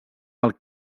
pel